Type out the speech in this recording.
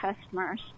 customers